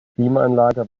klimaanlage